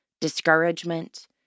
discouragement